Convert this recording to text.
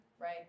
right